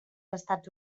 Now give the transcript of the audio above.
estats